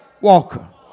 walker